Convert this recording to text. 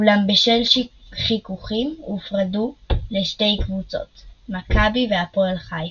אולם בשל חיכוכים הופרדו לשתי קבוצות "מכבי" ו"הפועל" חיפה.